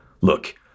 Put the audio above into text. Look